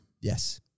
Yes